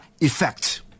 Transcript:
effect